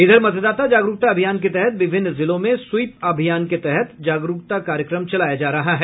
इधर मतदाता जागरूकता अभियान के तहत विभिन्न जिलों में स्वीप अभियान के तहत जागरूकता कार्यक्रम चलाये जा रहे हैं